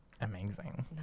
amazing